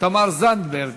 תמר זנדברג,